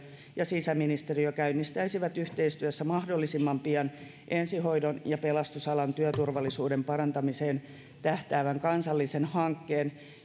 ja sisäministeriö käynnistäisivät yhteistyössä mahdollisimman pian ensihoidon ja pelastusalan työturvallisuuden parantamiseen tähtäävän kansallisen hankkeen